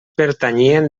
pertanyien